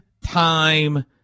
time